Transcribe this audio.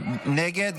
נגד.